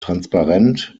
transparent